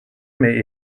may